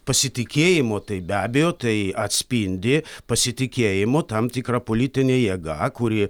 pasitikėjimo tai be abejo tai atspindi pasitikėjimo tam tikra politinė jėga kuri